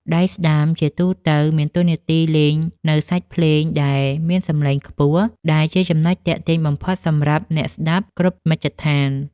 ដៃស្តាំជាទូទៅមានតួនាទីលេងនូវសាច់ភ្លេងដែលមានសម្លេងខ្ពស់ ដែលជាចំណុចទាក់ទាញបំផុតសម្រាប់អ្នកស្ដាប់គ្រប់មជ្ឈដ្ឋាន។